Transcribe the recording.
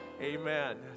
Amen